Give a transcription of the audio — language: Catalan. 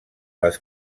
les